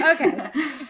Okay